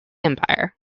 empire